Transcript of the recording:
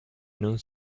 non